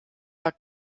war